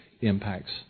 impacts